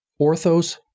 orthos